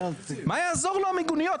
מה יעזור לו המיגוניות,